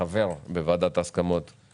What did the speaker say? כחבר בוועדת ההסכמות,